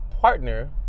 partner